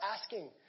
asking